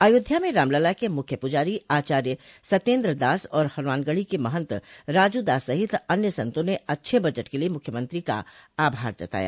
अयोध्या में रामलला के मुख्य पुजारी आचार्य सत्येन्द्रदास और हनुमानगढ़ी के महंत राजूदास सहित अन्य संतों ने अच्छे बजट के लिये मुख्यमंत्री का आभार जताया